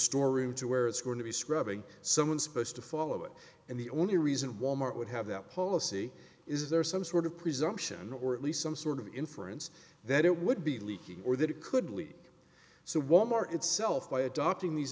store room to where it's going to be scrubbing someone supposed to follow it and the only reason wal mart would have that policy is there is some sort of presumption or at least some sort of inference that it would be leaking or that it could leak so wal mart itself by adopting these